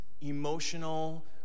emotional